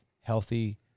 healthy